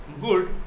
good